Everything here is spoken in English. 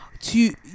tu